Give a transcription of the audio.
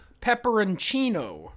pepperoncino